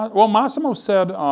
well massimo said,